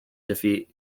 defeat